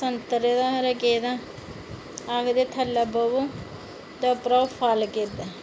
संतरे दा खबरै कैह्दा आखदे थल्लै ब'वो ते उप्परा ओह् फल किरदा